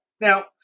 Now